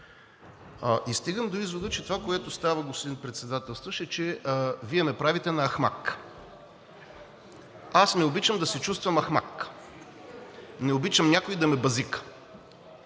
И стигам до извода, че това, което става, господин Председателстващ е, че Вие ме правите на ахмак. Аз не обичам да се чувствам ахмак. Не обичам някой да ме бъзика.